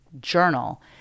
journal